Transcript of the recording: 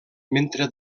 mentre